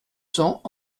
cents